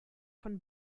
von